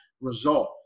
result